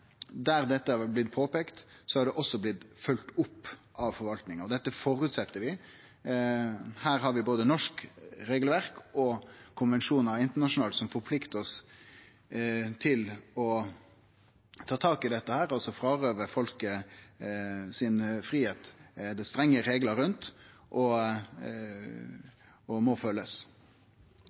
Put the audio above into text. Der dette er blitt påpeikt, har det også blitt følgt opp av forvaltninga, og dette føreset vi. Her har vi både norsk regelverk og internasjonale konvensjonar som forpliktar oss til å ta tak i dette. Det er strenge reglar rundt det å ta fridomen frå folk, og dei må